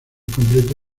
completo